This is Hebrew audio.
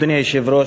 אדוני היושב-ראש,